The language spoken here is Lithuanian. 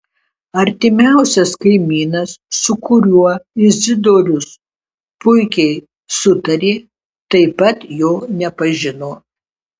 artimiausias kaimynas su kuriuo izidorius puikiai sutarė taip pat jo nepažino